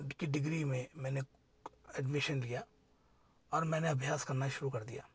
की डिग्री में मैंने एडमिशन लिया और मैंने अभ्यास करना शुरू कर दिया